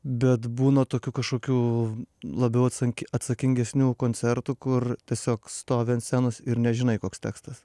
bet būna tokių kažkokių labiau atsanki atsakingesnių koncertų kur tiesiog stovi ant scenos ir nežinai koks tekstas